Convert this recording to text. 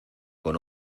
con